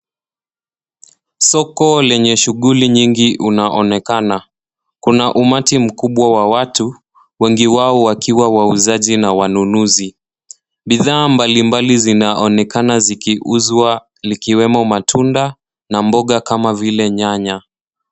Soko lenye shughuli nyingi unaonekana. Kuna umati mkubwa wa watu wengi wao wakiwa wauuza na wanunuzi. Bidhaa mbali mbali zinaonekana zikiuzwa likiwemo matunda na mboga kama vile nyanya.